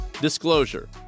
Disclosure